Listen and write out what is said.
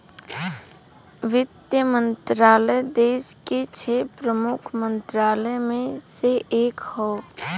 वित्त मंत्रालय देस के छह प्रमुख मंत्रालय में से एक हौ